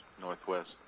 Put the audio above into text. Northwest